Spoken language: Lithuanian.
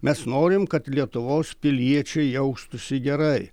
mes norim kad lietuvos piliečiai jaustųsi gerai